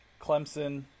Clemson